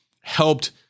helped